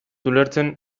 ulertzen